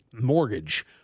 mortgage